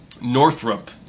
Northrop